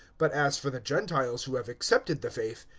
but as for the gentiles who have accepted the faith,